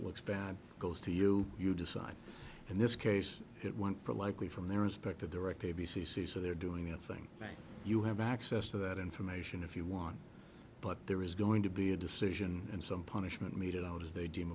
looks bad goes to you you decide in this case it went for likely from their respective directv c c so they're doing their thing you have access to that information if you want but there is going to be a decision and some punishment meted out as they deem